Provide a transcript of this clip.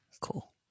Cool